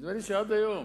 נדמה לי שעד היום,